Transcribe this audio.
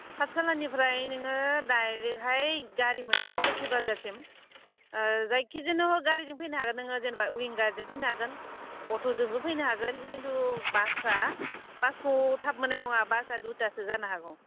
पाथसालानिफ्राय नोङो डायरेक्टहाय गारि मोनगोन लोक्षी बाजारसिम जायखिजाया नहक गारिजों फैनो हागोन नोङो जेनेबा विंगारजों फैनो हागोन अट'जोंबो फैनो हागोन किन्तु बासआ बासखौ थाब मोननाय नङा बासआ दुतासो जानो हागौ